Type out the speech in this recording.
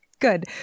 Good